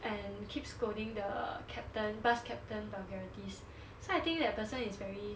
and keep scolding the captain bus captain vulgarities so I think that person is very